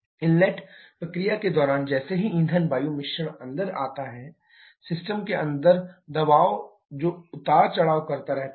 inlet प्रक्रिया के दौरान जैसे ही ईंधन वायु मिश्रण अंदर जाता है सिस्टम के अंदर दबाव जो उतार चढ़ाव करता रहता है